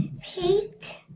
Pete